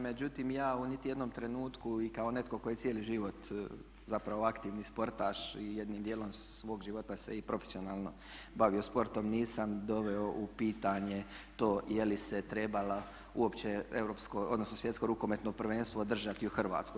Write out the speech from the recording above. Međutim ja u niti jednom trenutku i kao netko tko je cijeli život zapravo aktivni sportaš i jednim dijelom svog života se i profesionalno bavio sportom nisam doveo u pitanje to je li se trebala uopće Svjetsko rukometno prvenstvo održati u Hrvatskoj.